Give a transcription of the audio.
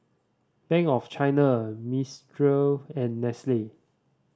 Bank of China Mistral and Nestle